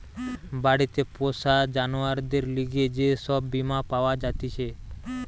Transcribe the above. বাড়িতে পোষা জানোয়ারদের লিগে যে সব বীমা পাওয়া জাতিছে